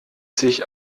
sich